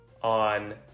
on